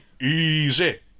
easy